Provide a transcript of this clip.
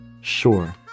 Sure